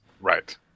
Right